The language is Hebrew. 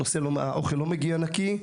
האוכל לא מגיע נקי,